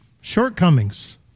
shortcomings